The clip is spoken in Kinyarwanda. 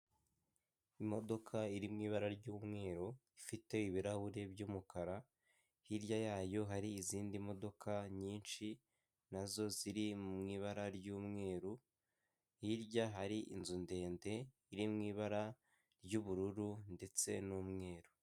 Imodoka iri mu ibara ry'umweru ifite ibirahuri by'umukara, hirya yayo hari izindi modoka nyinshi nazo ziri mu ibara ry'umweru hirya hari inzu ndende iri mu ibara ry'ubururu ndetse n'umweru.